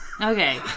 Okay